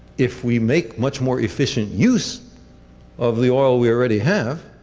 if we make much more efficient use of the oil we already have,